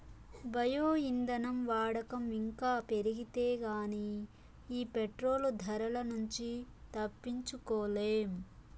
bio ఇంధనం వాడకం ఇంకా పెరిగితే గానీ ఈ పెట్రోలు ధరల నుంచి తప్పించుకోలేం